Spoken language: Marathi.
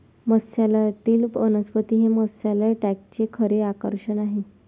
मत्स्यालयातील वनस्पती हे मत्स्यालय टँकचे खरे आकर्षण आहे